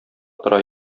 тора